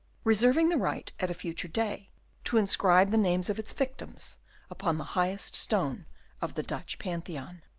reserving the right at a future day to inscribe the names of its victims upon the highest stone of the dutch pantheon.